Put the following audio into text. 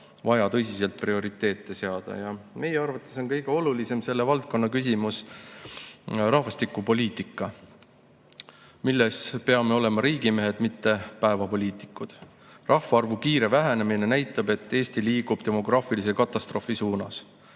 vaja tõsiselt prioriteete seada jah. Meie arvates on kõige olulisem selle valdkonna küsimus rahvastikupoliitika, milles peame olema riigimehed, mitte päevapoliitikud. Rahvaarvu kiire vähenemine näitab, et Eesti liigub demograafilise katastroofi suunas.